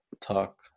talk